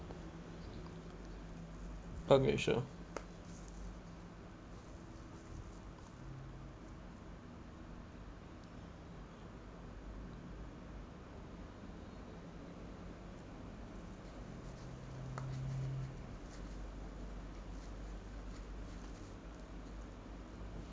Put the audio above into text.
okay sure